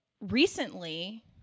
recently